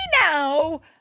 now